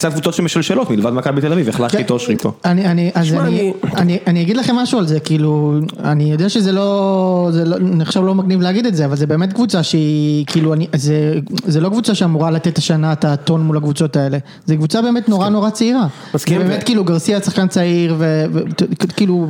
קצת קבוצות שמשלשלות מלבד מה קרה בתל אביב, החלחתי איתו שריפו. אני אגיד לכם משהו על זה, כאילו, אני יודע שזה לא, אני עכשיו לא מגניב להגיד את זה, אבל זה באמת קבוצה שהיא, כאילו, זה לא קבוצה שאמורה לתת את השנה, את הטון מול הקבוצות האלה, זו קבוצה באמת נורא נורא צעירה. מסכים? באמת, כאילו גרסייה, צחקן צעיר, וכאילו,